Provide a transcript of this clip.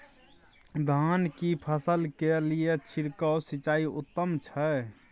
धान की फसल के लिये छिरकाव सिंचाई उत्तम छै?